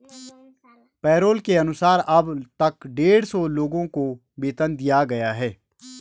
payroll के अनुसार अब तक डेढ़ सौ लोगों को वेतन दिया गया है